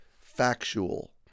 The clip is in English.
factual